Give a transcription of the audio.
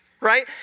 right